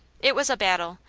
it was a battle,